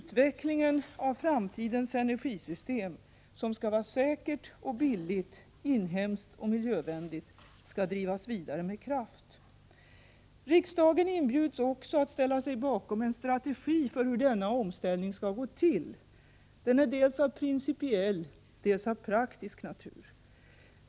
Utvecklingen av framtidens energisystem, som skall vara säkert och billigt, inhemskt och miljövänligt, skall drivas vidare med kraft. Riksdagen inbjuds också att ställa sig bakom en strategi för hur denna omställning skall gå till. Den är dels av principiell, dels av praktiskt natur.